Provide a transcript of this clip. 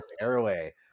airway